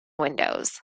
windows